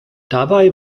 dabei